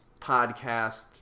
podcast